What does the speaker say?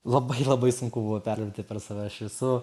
labai labai sunku buvo perlipti per save aš esu